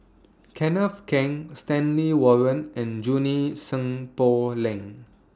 Kenneth Keng Stanley Warren and Junie Sng Poh Leng